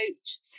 coach